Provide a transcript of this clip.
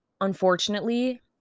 unfortunately